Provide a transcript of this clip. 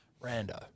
Rando